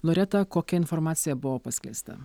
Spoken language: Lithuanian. loreta kokia informacija buvo paskleista